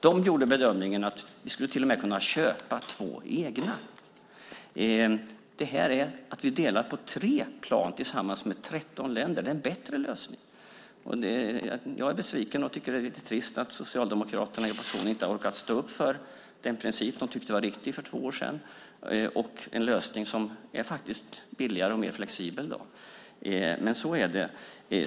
De gjorde bedömningen att vi till och med skulle kunna köpa två egna plan. Här delar 13 länder tillsammans på tre plan. Det är en bättre lösning. Jag är besviken och tycker att det är lite trist att Socialdemokraterna i opposition inte har orkat stå upp för den princip de tyckte var riktig för två år sedan. Den här lösningen är faktiskt billigare och mer flexibel. Men så är det.